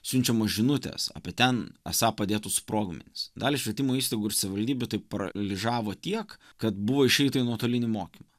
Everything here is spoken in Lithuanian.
siunčiamos žinutės apie ten esą padėtus sprogmenis dalį švietimo įstaigų ir savivaldybių tai paralyžiavo tiek kad buvo išeita į nuotolinį mokymą